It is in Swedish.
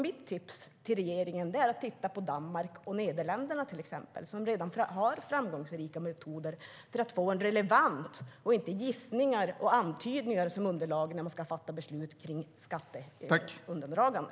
Mitt tips till regeringen är att titta på till exempel Danmark och Nederländerna som redan har framgångsrika metoder för att få relevant information, inte gissningar och antydningar, som underlag när man ska fatta beslut om skatteundandragande.